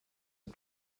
are